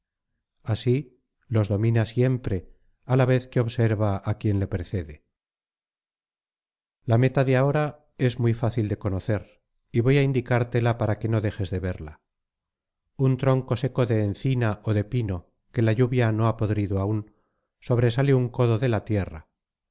así los domina siempre á la vez que observa á quien le precede la meta de ahora es muy fácil de conocer y voy á indicártela para que no dejes de verla un tronco seco de encina ó de pino que la lluvia no ha podrido aún sobresale un codo de la tierra